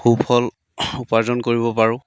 সুফল উপাৰ্জন কৰিব পাৰোঁ